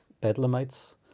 bedlamites